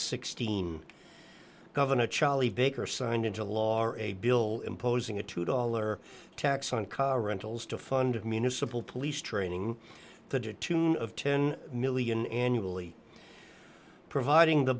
dollars governor charlie baker signed into law a bill imposing a two dollars tax on car rentals to fund municipal police training of ten million annually providing the